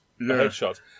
headshots